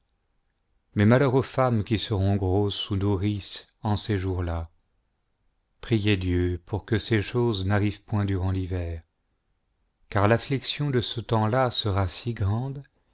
malheur aux femmes qui seront grosses ou nourrices en ces jours-là priez dieu que ces choses n'arrivent point durant l'hiver car l'affliction de ce temps-là sera si grande